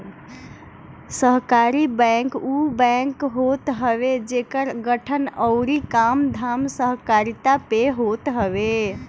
सहकारी बैंक उ बैंक होत हवे जेकर गठन अउरी कामधाम सहकारिता पे होत हवे